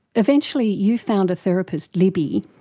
eventually you found a therapist, libby,